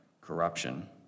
corruption